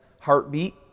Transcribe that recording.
heartbeat